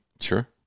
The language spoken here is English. sure